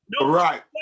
Right